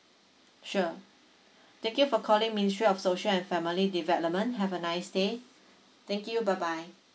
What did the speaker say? sure thank you for calling ministry of social and family development have a nice day thank you bye bye